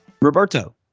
Roberto